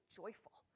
joyful